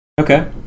Okay